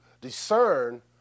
discern